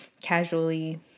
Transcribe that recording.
casually